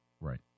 right